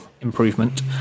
improvement